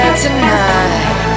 Tonight